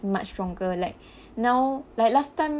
much stronger like now like last time